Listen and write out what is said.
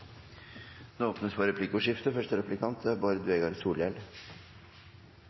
Det åpnes for replikkordskifte.